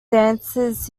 dances